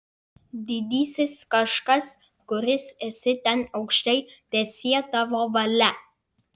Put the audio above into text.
didysis kažkas kuris esi ten aukštai teesie tavo valia